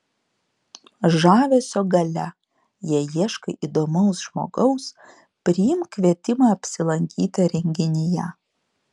žavesio galia jei ieškai įdomaus žmogaus priimk kvietimą apsilankyti renginyje